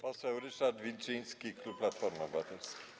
Poseł Ryszard Wilczyński, klub Platforma Obywatelska.